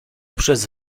przez